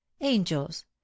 angels